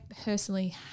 personally